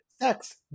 sex